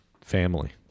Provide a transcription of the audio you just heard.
family